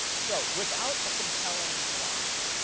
so without a compelling why,